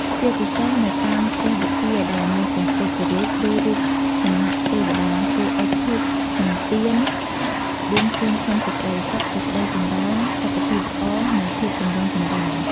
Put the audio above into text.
ជាពិសេសនៅតាមព្រះវិហារដែលមានព្រះពុទ្ធរូប ឬរូបសំណាកទេវតាគេអុជធូប និងទៀន បួងសួងសុំសេចក្តីសុខ សេចក្តីចម្រើន សុខភាពល្អ និងភាពចម្រុងចម្រើន។